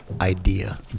idea